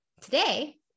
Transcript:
Today